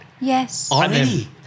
Yes